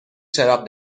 چراغ